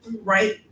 right